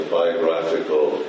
biographical